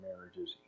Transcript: marriages